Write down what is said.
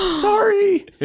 sorry